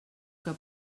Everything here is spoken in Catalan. que